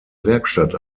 werkstatt